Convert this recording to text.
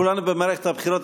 כולנו במערכת בחירות,